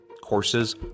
Courses